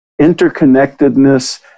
interconnectedness